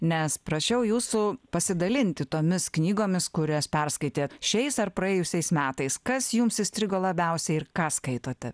nes prašiau jūsų pasidalinti tomis knygomis kurias perskaitėt šiais ar praėjusiais metais kas jums įstrigo labiausiai ir ką skaitote